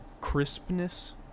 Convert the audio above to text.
crispness